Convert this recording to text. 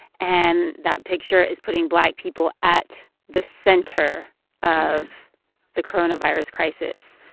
and that picture is putting black people at the center of the coronavirus crisis.